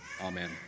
Amen